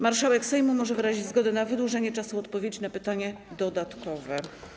Marszałek Sejmu może wyrazić zgodę na wydłużenie czasu odpowiedzi na pytanie dodatkowe.